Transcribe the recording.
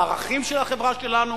בערכים של החברה שלנו,